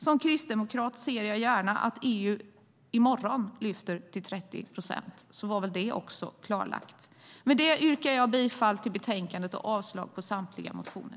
Som kristdemokrat ser jag gärna att EU i morgon lyfter det till 30 procent. Då var det också klarlagt. Med det yrkar jag bifall till förslaget i betänkandet och avslag på samtliga motioner.